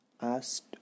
asked